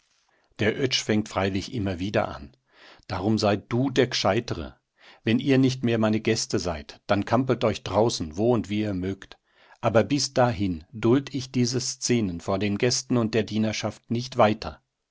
der oetsch fängt freilich immer wieder an drum sei du der g'scheitere wenn ihr nicht mehr meine gäste seid dann kampelt euch draußen wo und wie ihr mögt aber bis dahin duld ich diese szenen vor den gästen und der dienerschaft nicht weiter